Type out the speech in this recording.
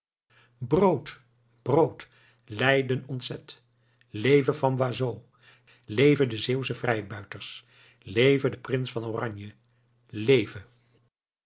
brood brood leiden ontzet leve van boisot leve de zeeuwsche vrijbuiters leve de prins van oranje leve